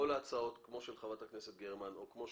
כל ההצעות כמו של חברת הכנסת גרמן או של